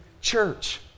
church